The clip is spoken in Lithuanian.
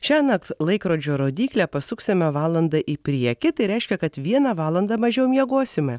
šiąnakt laikrodžio rodyklę pasuksime valanda į priekį tai reiškia kad vieną valandą mažiau miegosime